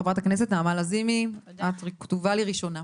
חברת הכנסת נעמה לזימי, את כתובה לי ראשונה.